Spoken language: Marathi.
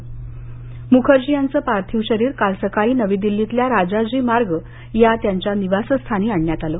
म्खर्जी यांचं पार्थिव शरीर काल सकाळी नवी दिल्लीतल्या राजाजी मार्ग या त्यांच्या निवासस्थानी आणण्यात आलं